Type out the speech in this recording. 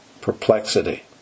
perplexity